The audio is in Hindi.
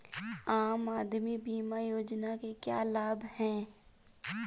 आम आदमी बीमा योजना के क्या लाभ हैं?